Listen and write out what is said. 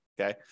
okay